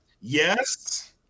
yes